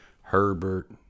Herbert